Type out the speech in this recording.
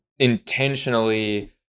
intentionally